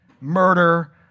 murder